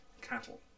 cattle